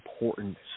important